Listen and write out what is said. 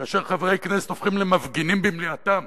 כאשר חברי כנסת הופכים למפגינים במליאתם